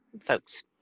folks